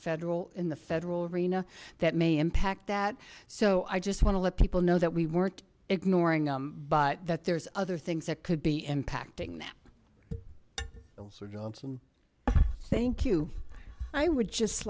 federal in the federal rina that may impact that so i just want to let people know that we weren't ignoring them but that there's other things that could be impacting johnson thank you i would just